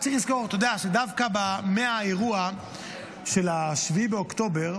צריך לזכור שדווקא מהאירוע של 7 באוקטובר,